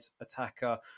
attacker